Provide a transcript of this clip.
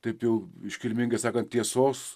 taip jau iškilmingai sakant tiesos